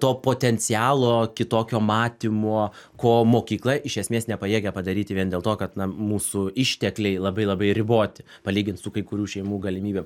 to potencialo kitokio matymo ko mokykla iš esmės nepajėgia padaryti vien dėl to kad na mūsų ištekliai labai labai riboti palygint su kai kurių šeimų galimybėm